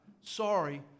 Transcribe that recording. sorry